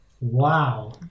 Wow